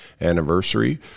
anniversary